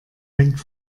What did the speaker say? hängt